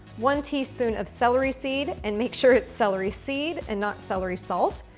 one teaspoon of celery seed, and make sure it's celery seed and not celery salt,